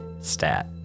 stat